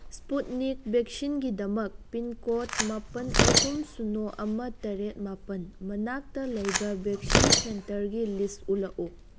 Sputnik ꯚꯦꯛꯁꯤꯟꯒꯤꯗꯃꯛ pin code ꯃꯥꯄꯜ ꯑꯍꯨꯝ ꯁꯤꯅꯣ ꯑꯃ ꯇꯔꯦꯠ ꯃꯥꯄꯜ ꯃꯅꯥꯛꯇ ꯂꯩꯕ ꯚꯦꯛꯁꯤꯟ ꯁꯦꯟꯇꯔꯒꯤ ꯂꯤꯁꯠ ꯎꯠꯂꯛꯎ